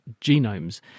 genomes